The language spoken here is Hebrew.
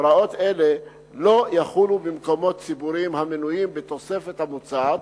הוראות אלה לא יחולו במקומות ציבוריים המנויים בתוספת המוצעת,